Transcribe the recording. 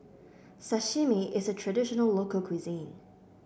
sashimi is a traditional local cuisine